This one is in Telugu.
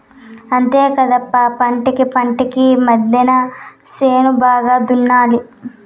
అంతేకాదప్ప పంటకీ పంటకీ మద్దెన చేను బాగా దున్నాలి